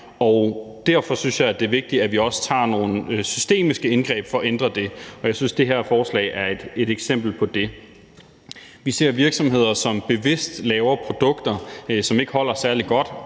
Derfor synes jeg, det er vigtigt, at vi også har nogle systemiske indgreb for at ændre det. Og jeg synes, det her forslag er et eksempel på det. Vi ser virksomheder, som bevidst laver produkter, som ikke holder særlig godt,